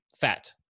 fat